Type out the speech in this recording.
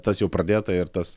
tas jau pradėta ir tas